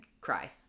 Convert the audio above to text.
Cry